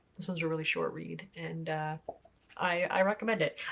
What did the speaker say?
this one's a really short read and i recommend it.